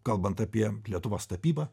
kalbant apie lietuvos tapybą